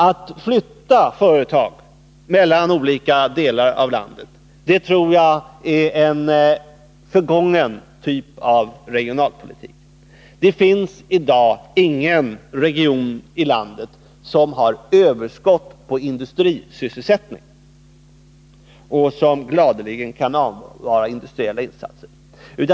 Att flytta företag mellan olika delar av landet tror jag är en förgången typ av regionalpolitik. Det finns ju i dag inte någon region i landet som har överskott på industrisysselsättning och som gladeligen skulle kunna avvara industriella insatser.